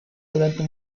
durante